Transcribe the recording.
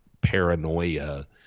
paranoia